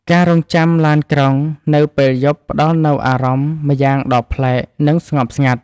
ការរង់ចាំឡានក្រុងនៅពេលយប់ផ្ដល់នូវអារម្មណ៍ម្យ៉ាងដ៏ប្លែក និងស្ងប់ស្ងាត់។